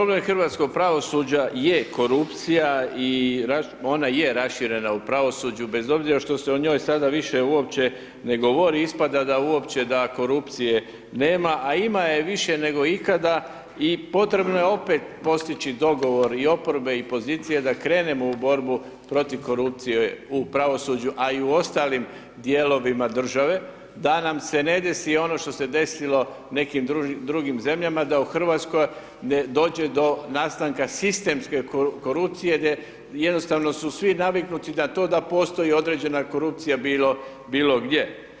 Problem hrvatskog pravosuđa je korupcija i ona je raširena u pravosuđu bez obzira što se o njoj sada više uopće ne govori ispada da uopće da korupcije nema, a ima je više nego ikada i potrebno je opet postići dogovor i oporbe i pozicije da krenemo u borbu protiv korupcije u pravosuđu, a i u ostalim dijelovima države, da nam se ne desi ono što se desilo nekim drugim zemljama da u Hrvatskoj dođe do nastanka sistemske korupcije gdje jednostavno su svi naviknuti na to da postoji određena korupcija bilo gdje.